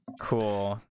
Cool